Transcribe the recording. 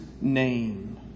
name